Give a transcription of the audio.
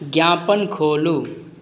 ज्ञापन खोलु